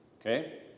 okay